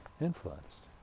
influenced